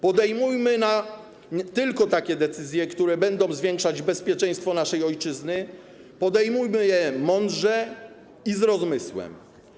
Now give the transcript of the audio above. Podejmujmy tylko takie decyzje, które będą zwiększały bezpieczeństwo naszej ojczyzny, podejmujmy je mądrze i z rozmysłem.